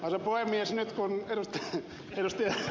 nyt kun ed